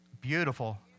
beautiful